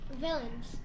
Villains